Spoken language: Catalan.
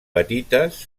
petites